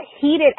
heated